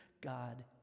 God